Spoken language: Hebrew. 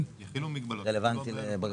מאחר ואמרו לי שמנכ"ל בנק